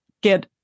get